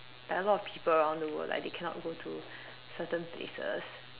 like a lot of people around the world like they cannot go to certain places